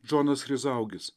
džonas chryzaugis